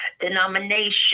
denomination